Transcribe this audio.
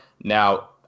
Now